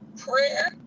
prayer